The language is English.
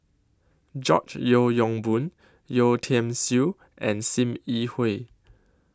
George Yeo Yong Boon Yeo Tiam Siew and SIM Yi Hui